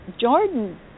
Jordan